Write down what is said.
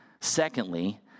Secondly